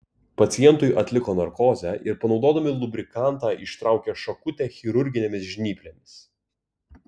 pacientui atliko narkozę ir panaudodami lubrikantą ištraukė šakutę chirurginėmis žnyplėmis